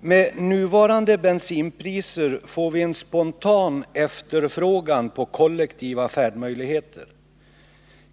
Med nuvarande bensinpriser får vi en spontan efterfrågan på kollektiva färdmöjligheter.